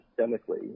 systemically